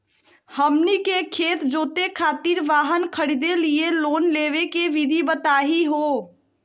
हमनी के खेत जोते खातीर वाहन खरीदे लिये लोन लेवे के विधि बताही हो?